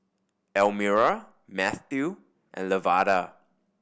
Elmira Matthew and Lavada